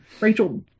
Rachel